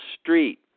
Street